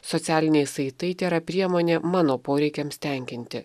socialiniai saitai tėra priemonė mano poreikiams tenkinti